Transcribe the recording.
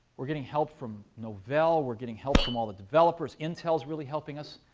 we're getting help from novell. we're getting help from all the developers. intel's really helping us.